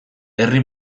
herri